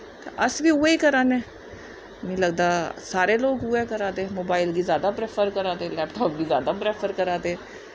अस बी उऐ करा ने मीं लगदा सारे लोग उऐ करा'रदे मोबाइल गी जैदा प्रैफर करा लैपटॉप गी जैदा प्रैफर करा'रदे